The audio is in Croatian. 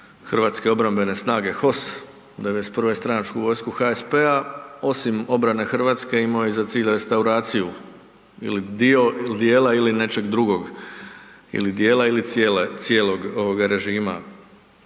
onih koji su činili HOS, '91. stranačku vojsku HSP-a, osim obrane RH imao je za cilj restauraciju ili dio, il dijela ili nečeg drugog, ili dijela ili cijele, cijelog ovoga režima